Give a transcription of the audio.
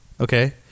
Okay